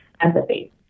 empathy